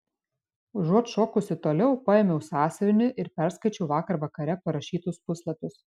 užuot šokusi toliau paėmiau sąsiuvinį ir perskaičiau vakar vakare parašytus puslapius